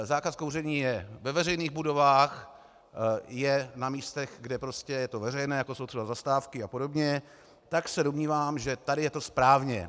Zákaz kouření je ve veřejných budovách, je na místech, kde je to veřejné, jako jsou třeba zastávky apod., tak se domnívám, že tady je to správně.